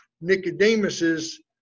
Nicodemus's